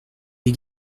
est